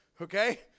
okay